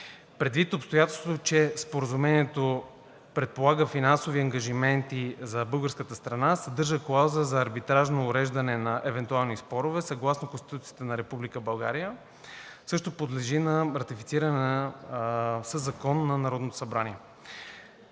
Предвид обстоятелството, че Споразумението предполага финансови ангажименти за българската страна, съдържа клауза за арбитражно уреждане на евентуални спорове съгласно Конституцията на Република България, същото подлежи на ратифициране със закон от Народното събрание.